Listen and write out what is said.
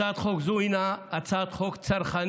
הצעת חוק זו היא הצעת חוק צרכנית